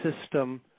system